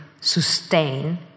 sustain